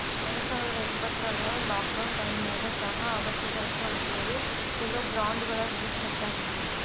ಎರಡುಸಾವಿರದ ಇಪ್ಪತ್ರಾಗ ಲಾಕ್ಡೌನ್ ಟೈಮಿನ್ಯಾಗ ಚಹಾ ಅಗತ್ಯ ಸರಕು ಅಂತೇಳಿ, ಕೆಲವು ಬ್ರಾಂಡ್ಗಳ ರೇಟ್ ಹೆಚ್ಚಾಗಿದ್ವು